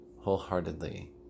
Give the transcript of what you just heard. wholeheartedly